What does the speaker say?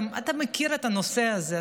אתה מכיר את הנושא הזה,